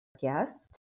guest